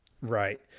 Right